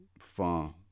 far